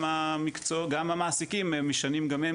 גם המעסיקים משנים גם הם,